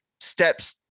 steps